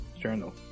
journal